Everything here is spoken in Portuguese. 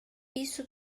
isso